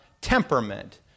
temperament